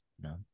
no